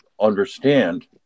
understand